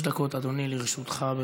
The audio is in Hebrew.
שלוש דקות, אדוני, לרשותך.